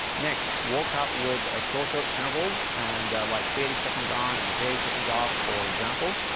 next workout with ah shorter intervals and like thirty seconds on and thirty seconds off for example.